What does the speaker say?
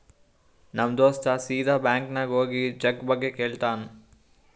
ನಮ್ ದೋಸ್ತ ಸೀದಾ ಬ್ಯಾಂಕ್ ನಾಗ್ ಹೋಗಿ ಚೆಕ್ ಬಗ್ಗೆ ಕೇಳ್ತಾನ್